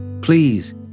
Please